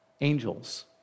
angels